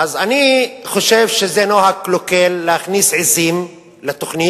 אז אני חושב שזה נוהג קלוקל, להכניס עזים לתוכנית.